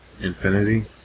Infinity